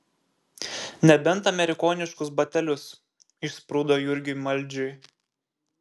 nebent amerikoniškus batelius išsprūdo jurgiui maldžiui